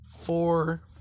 four